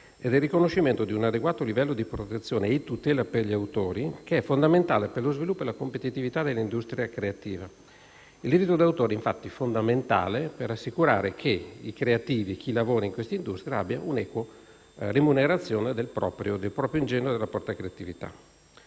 e del riconoscimento di un adeguato livello di protezione e tutela per gli autori, che è fondamentale per lo sviluppo e la competitività dell'industria creativa. Il diritto d'autore è infatti fondamentale per assicurare che i creativi e chi lavora in questa industria abbia un'equa remunerazione del proprio ingegno e della propria creatività.